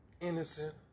Innocent